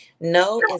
no